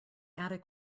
attic